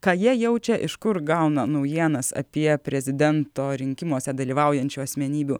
ką jie jaučia iš kur gauna naujienas apie prezidento rinkimuose dalyvaujančių asmenybių